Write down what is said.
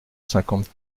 cinquante